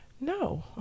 No